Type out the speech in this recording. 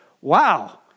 wow